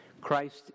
Christ